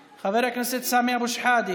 חבר הכנסת יוסף ג'בארין, חבר הכנסת סמי אבו שחאדה.